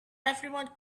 everyone